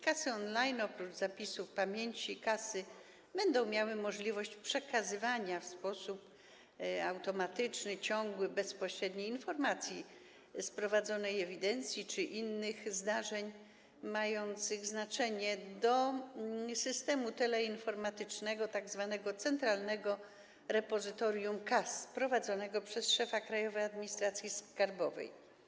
Kasy on-line oprócz zapisu pamięci kasy będą miały możliwość przekazywania w sposób automatyczny, ciągły i bezpośredni informacji z prowadzonej ewidencji czy innych zdarzeń mających znaczenie do systemu teleinformatycznego, Centralnego Repozytorium Kas, prowadzonego przez szefa Krajowej Administracji Skarbowej.